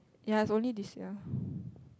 ya it's only this year